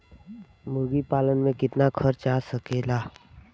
मुर्गी पालन में कितना खर्च आ सकेला?